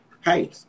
hey